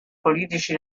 politici